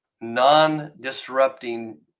non-disrupting